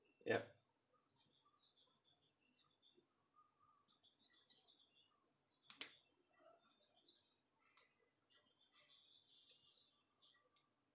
yup